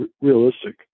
realistic